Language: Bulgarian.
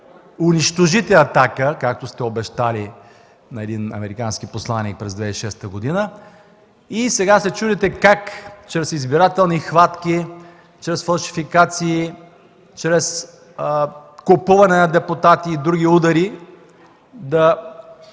унищожите „Атака”, както сте обещали на един американски посланик през 2006 г., и сега се чудите как чрез избирателни хватки, фалшификации, купуване на депутати и други удари да